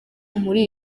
muri